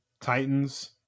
Titans